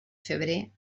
febrer